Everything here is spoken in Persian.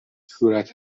صورت